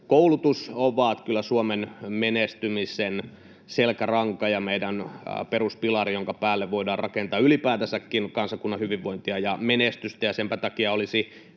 koulutus ovat kyllä Suomen menestymisen selkäranka ja meidän peruspilari, jonka päälle voidaan rakentaa ylipäätänsäkin kansakunnan hyvinvointia ja menestystä. Senpä takia olisi